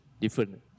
Different